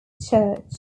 church